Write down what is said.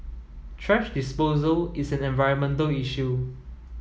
thrash disposal is an environmental issue